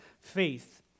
faith